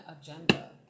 agenda